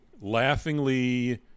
laughingly